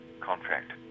contract